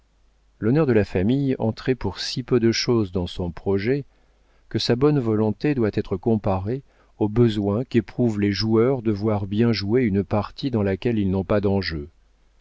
l'honneur de la famille entrait pour si peu de chose dans son projet que sa bonne volonté doit être comparée au besoin qu'éprouvent les joueurs de voir bien jouer une partie dans laquelle ils n'ont pas d'enjeu